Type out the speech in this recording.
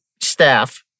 staff